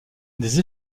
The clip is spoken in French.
des